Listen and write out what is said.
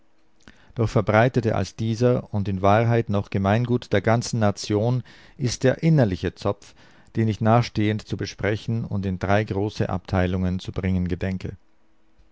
doch verbreiteter als dieser und in wahrheit noch gemeingut der ganzen nation ist der innerliche zopf den ich nachstehend zu besprechen und in drei große abteilungen zu bringen gedenke